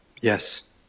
Yes